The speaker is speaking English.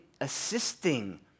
assisting